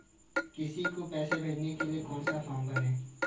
किसी को पैसे भेजने के लिए कौन सा फॉर्म भरें?